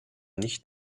nicht